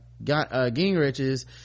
gingrich's